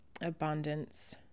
abundance